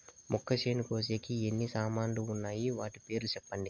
మొక్కచేను కోసేకి ఎన్ని సామాన్లు వున్నాయి? వాటి పేర్లు సెప్పండి?